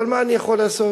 אבל מה אני יכול לעשות?